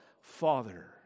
Father